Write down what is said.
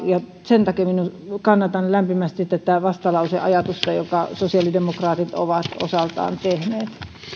sen takia minä kannatan lämpimästi tämän vastalauseen ajatusta jonka sosiaalidemokraatit ovat osaltaan tehneet